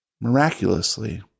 miraculously